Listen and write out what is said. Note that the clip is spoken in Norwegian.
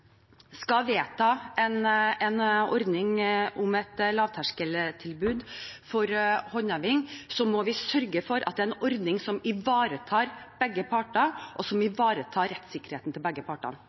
skal vedta en ordning om et lavterskeltilbud for håndheving, må vi sørge for at det er en ordning som ivaretar begge parter, og som ivaretar rettssikkerheten til begge